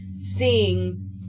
Seeing